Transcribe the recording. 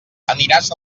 aniràs